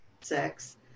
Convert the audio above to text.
sex